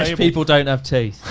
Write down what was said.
ah people don't have teeth.